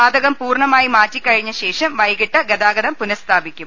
വാതകം പൂർണ്ണമായി മാറ്റി കഴിഞ്ഞ ശേഷം വൈകീട്ട് ഗതാഗതം പുനഃസ്ഥാപിക്കും